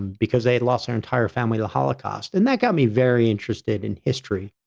because they'd lost their entire family, the holocaust, and that got me very interested in history.